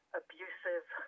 abusive